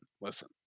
listen